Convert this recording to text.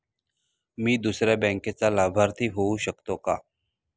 मी दुसऱ्या बँकेचा लाभार्थी होऊ शकतो का?